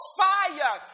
fire